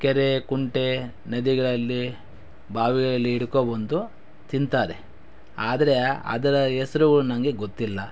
ಕೆರೆ ಕುಂಟೆ ನದಿಗಳಲ್ಲಿ ಬಾವಿಗಳಲ್ಲಿ ಹಿಡ್ಕೊಬಂದು ತಿಂತಾರೆ ಆದರೆ ಅದರ ಹೆಸರುಗಳು ನನಗೆ ಗೊತ್ತಿಲ್ಲ